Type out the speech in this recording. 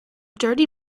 dirty